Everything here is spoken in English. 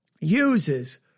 uses